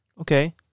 Okay